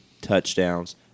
touchdowns